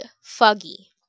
foggy